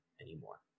anymore